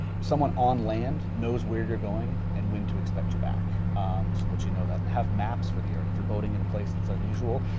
on land knows where you're going and when to expect you back, so that you know that. and have maps for the area, if you're boating in a place that's unusual,